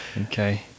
okay